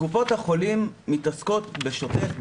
קופות החולים מתעסקות בשוטף,